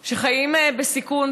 מיקי, תן לו לסיים.